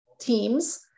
teams